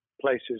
places